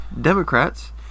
Democrats